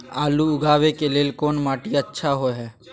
आलू उगाबै के लेल कोन माटी अच्छा होय है?